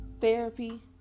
therapy